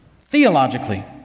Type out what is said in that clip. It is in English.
Theologically